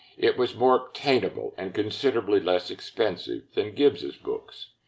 it was more obtainable and considerably less expensive than gibbs's books.